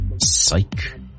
Psych